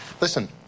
Listen